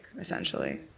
essentially